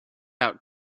out